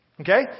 okay